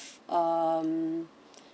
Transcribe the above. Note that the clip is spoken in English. um